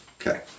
Okay